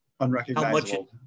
Unrecognizable